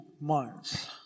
months